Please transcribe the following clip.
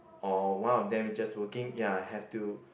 or one of them is just working ya have to